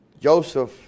Joseph